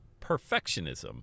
perfectionism